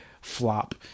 flop